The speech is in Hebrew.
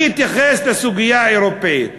אני אתייחס לסוגיה האירופית.